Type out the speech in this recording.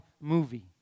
movie